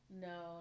No